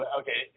okay